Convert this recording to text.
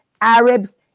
Arabs